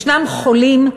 ישנם חולים,